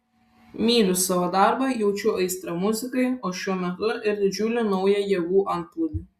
myliu savo darbą jaučiu aistrą muzikai o šiuo metu ir didžiulį naują jėgų antplūdį